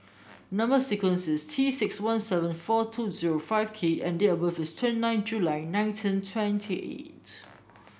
number sequence is T six one seven four two zero five K and date of birth is twenty nine July nineteen twenty eight